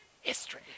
history